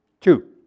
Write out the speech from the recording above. Two